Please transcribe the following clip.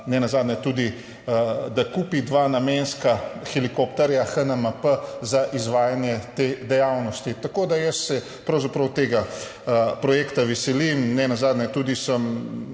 nenazadnje tudi kupi dva namenska helikopterja HNMP za izvajanje te dejavnosti. Jaz se pravzaprav tega projekta veselim. Nenazadnje sem